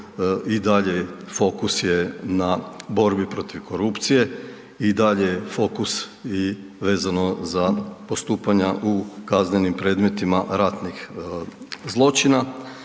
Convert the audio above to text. i dalje fokus je na borbi protiv korupcije i dalje je fokus vezano za postupanja u kaznenim predmetima ratnih zločina.